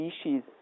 species